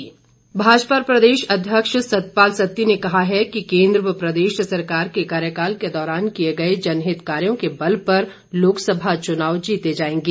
सत्ती भाजपा प्रदेश अध्यक्ष सतपाल सत्ती ने कहा है कि केन्द्र व प्रदेश सरकार के कार्यकाल के दौरान किए गए जनहित कार्यो के बल पर लोकसभा चुनाव जीते जाएंगे